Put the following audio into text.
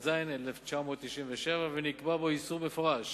התשל"ז 1997, ונקבע בו איסור מפורש